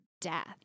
death